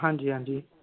हां जी हां जी